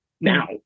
now